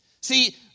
See